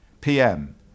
PM